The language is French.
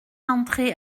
entrée